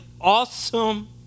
awesome